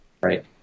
Right